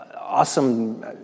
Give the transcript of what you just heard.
awesome